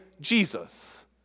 Jesus